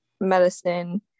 medicine